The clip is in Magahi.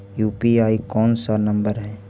यु.पी.आई कोन सा नम्बर हैं?